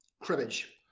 cribbage